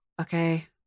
Okay